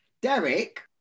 Derek